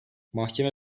mahkeme